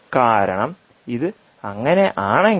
കാരണം ഇത് അങ്ങനെയാണെങ്കിൽ